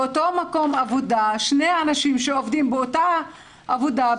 באותו מקום עבודה שני אנשים שעובדים באותה עבודה,